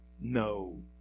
No